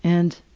and